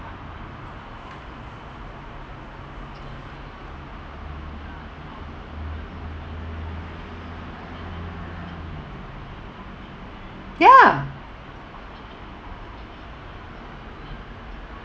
ya